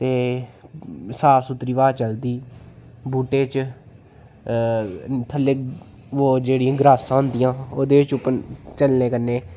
ते साफ सुथरी ब्हाऽ चलदी बूह्टे च थल्लै वो जेह्ड़ियां ग्रासां होदियां ओह्दे' च उप्पन चलने कन्नै